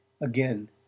Again